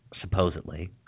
supposedly